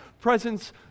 presence